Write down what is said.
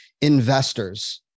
investors